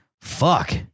fuck